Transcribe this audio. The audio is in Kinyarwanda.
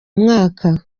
myaka